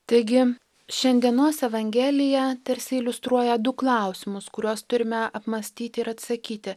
taigi šiandienos evangelija tarsi iliustruoja du klausimus kuriuos turime apmąstyti ir atsakyti